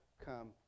come